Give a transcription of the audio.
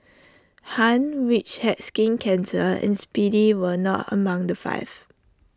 han which had skin cancer and speedy were not among the five